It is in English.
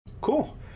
Cool